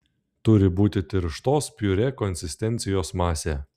turi būti tirštos piurė konsistencijos masė